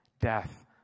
death